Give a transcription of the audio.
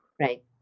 Right